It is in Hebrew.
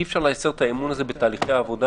אי-אפשר לייצר את האמון הזה בתהליכי העבודה